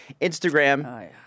Instagram